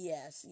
Yes